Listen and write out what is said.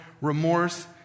remorse